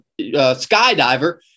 skydiver